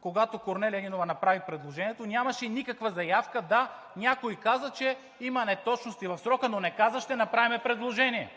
когато Корнелия Нинова направи предложението, нямаше никаква заявка. Да, някой каза, че има неточности в срока, но не каза: „Ще направим предложение.“